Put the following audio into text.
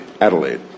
Adelaide